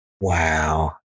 Wow